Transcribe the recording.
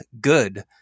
good